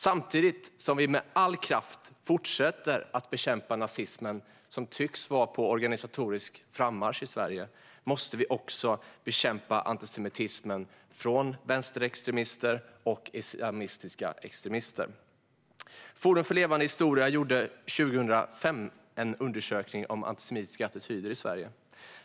Samtidigt som vi med all kraft fortsätter att bekämpa nazismen som tycks vara på organisatorisk frammarsch i Sverige måste vi också bekämpa antisemitism från vänsterextremister och islamistiska extremister. Forum för levande historia gjorde 2005 en undersökning om antisemitiska attityder i Sverige.